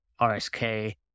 RSK